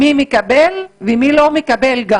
מי מקבל ומי לא מקבל.